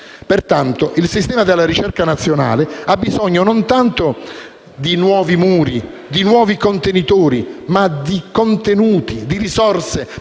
Pertanto, il sistema della ricerca nazionale ha bisogno non tanto di nuovi muri, di nuovi contenitori, ma di contenuti e di risorse